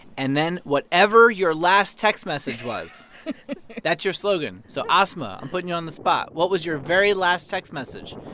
and then whatever your last text message was that's your slogan. so, asma, i'm putting you on the spot. what was your very last text message?